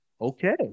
okay